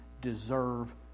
deserve